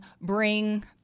bring